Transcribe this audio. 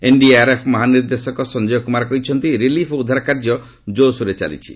NDRF ମହାନିର୍ଦ୍ଦେଶକ ସଞ୍ଜୟ କୁମାର କହିଛନ୍ତି relief ଓ ଉଦ୍ଧାର କାର୍ଯ୍ୟ ଜୋର୍ସୋରରେ ଚାଲିଛି